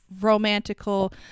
romantical